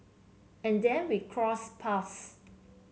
and then we crossed paths